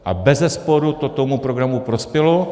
A bezesporu to tomu programu prospělo.